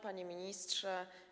Panie Ministrze!